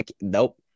nope